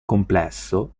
complesso